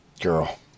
girl